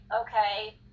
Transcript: okay